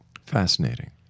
Fascinating